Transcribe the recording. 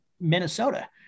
Minnesota